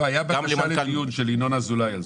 לא, הייתה בקשה לדיון של ינון על זה.